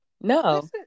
No